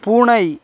பூனை